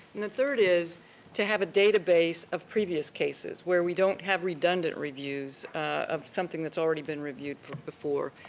and, the third is to have a database of previous cases where we don't have redundant reviews of something that's already been reviewed before.